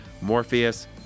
Morpheus